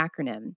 acronym